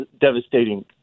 devastating